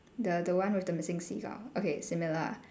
the the one with the missing Cs ah okay similar ah